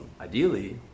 Ideally